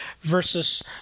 versus